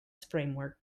framework